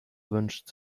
wünscht